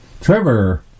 Trevor